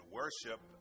worship